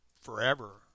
forever